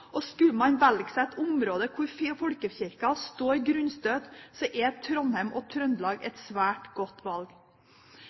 Og skulle man velge seg et område hvor folkekirken står grunnstøtt, er Trondheim og Trøndelag